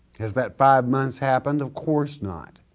has that five months happened? of course not.